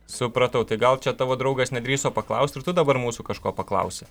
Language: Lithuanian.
supratau tai gal čia tavo draugas nedrįso paklaust ir tu dabar mūsų kažko paklausi